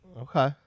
Okay